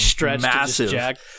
massive